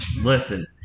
listen